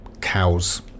cows